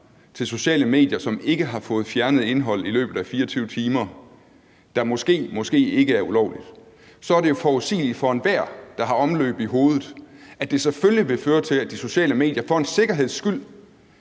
til sociale medier, som ikke har fået fjernet indhold i løbet af 24 timer, der måske, måske ikke er ulovligt, så er det jo forudsigeligt for enhver, der har omløb i hovedet, at det selvfølgelig vil føre til, at de sociale medier – for en sikkerheds skyld